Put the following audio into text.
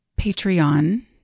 Patreon